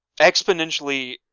exponentially